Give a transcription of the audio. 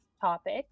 topic